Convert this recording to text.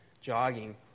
jogging